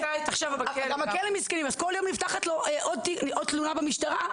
וכל יום נפתחת לו עוד תלונה במשטרה,